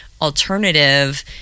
Alternative